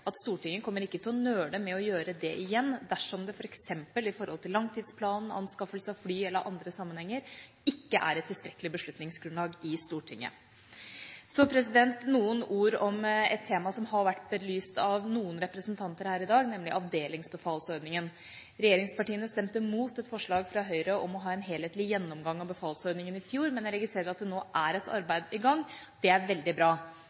at Stortinget kommer ikke til å nøle med å gjøre det igjen dersom det f.eks. i forhold til langtidsplanen, anskaffelse av fly eller i andre sammenhenger ikke er et tilstrekkelig beslutningsgrunnlag i Stortinget. Noen ord om et tema som har vært belyst av noen representanter her i dag, nemlig avdelingsbefalsordningen. Regjeringspartiene stemte imot et forslag fra Høyre om å ha en helhetlig gjennomgang av befalsordningen i fjor, men jeg registrerer at det nå er et arbeid i gang. Det er veldig bra.